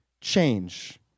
change